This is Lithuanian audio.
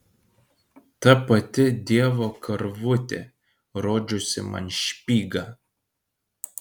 ta pati dievo karvutė rodžiusi man špygą